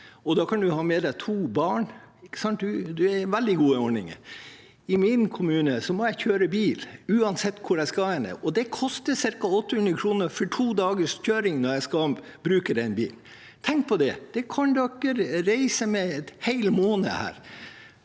da kan man ha med seg to barn. Man har veldig gode ordninger. I min kommune må jeg kjøre bil uansett hvor jeg skal. Det koster ca. 800 kr for to dagers kjøring når jeg bruker den bilen. Tenk på det. For det kan man reise en hel måned her.